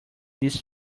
this